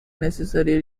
necessary